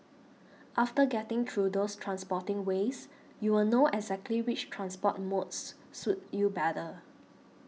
after getting through those transporting ways you'll know exactly which transport modes suit you better